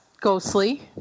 ghostly